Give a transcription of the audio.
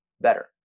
better